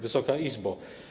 Wysoka Izbo!